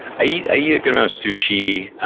i eat a yeah good amount of sushi,